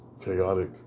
chaotic